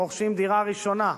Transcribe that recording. שרוכשים דירה ראשונה.